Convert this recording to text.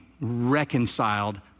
reconciled